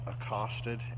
accosted